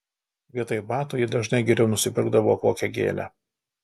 vietoj batų ji dažnai geriau nusipirkdavo kokią gėlę